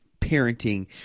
parenting